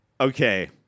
Okay